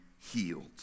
healed